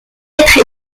être